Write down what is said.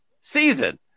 season